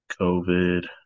COVID